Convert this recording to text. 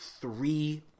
three